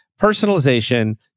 personalization